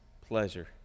pleasure